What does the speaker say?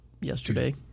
yesterday